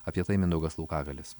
apie tai mindaugas laukagalis